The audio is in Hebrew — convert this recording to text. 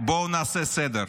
בואו נעשה סדר: